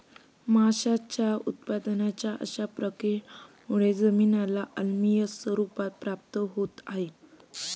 माशांच्या उत्पादनाच्या अशा प्रक्रियांमुळे जमिनीला आम्लीय स्वरूप प्राप्त होत आहे